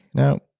now,